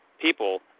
people